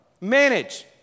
manage